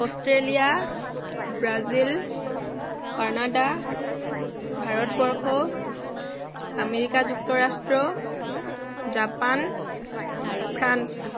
Australia Brazil Canada Bharatvarsha America যুক্তৰাষ্ট্ৰ Japan France